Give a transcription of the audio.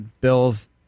Bills